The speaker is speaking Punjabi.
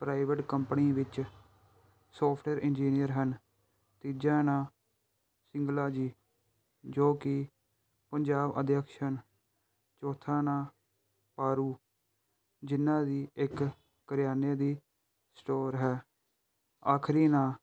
ਪ੍ਰਾਈਵੇਟ ਕੰਪਨੀ ਵਿੱਚ ਸੋਫਟਵੇਅਰ ਇੰਜੀਨੀਅਰ ਹਨ ਤੀਜਾ ਨਾਂ ਸਿੰਗਲਾ ਜੀ ਜੋ ਕਿ ਪੰਜਾਬ ਅਧਿਅਕਸ਼ ਹਨ ਚੌਥਾ ਨਾਂ ਪਾਰੂ ਜਿਹਨਾਂ ਦੀ ਇੱਕ ਕਰਿਆਨੇ ਦੀ ਸਟੋਰ ਹੈ ਆਖਰੀ ਨਾਂ